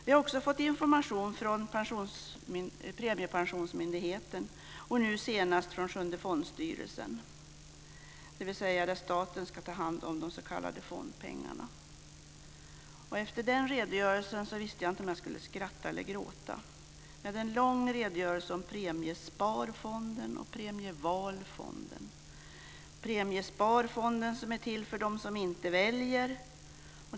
Vi har också fått information från Premiepensionsmyndigheten och nu senast från Sjunde fondstyrelsen, dvs. den fond där staten ska ta hand om de s.k. Efter den redogörelsen visste jag inte om jag skulle skratta eller gråta. Det var en lång redogörelse om Premiesparfonden och Premievalfonden. Premiesparfonden är till för dem som inte väljer.